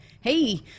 hey